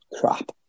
crap